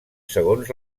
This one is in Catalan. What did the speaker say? segons